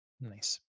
Nice